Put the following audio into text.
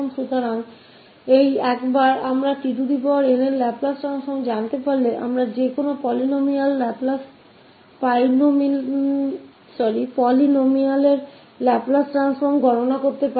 इसलिए एक बार जब हम tn का लाप्लास transform को जान लेते है तो हम किसी भी बहुपद के लाप्लास रूपान्तरण की गणना कर सकते हैं